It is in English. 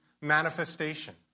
manifestation